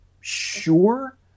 sure